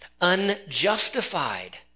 unjustified